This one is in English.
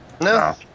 No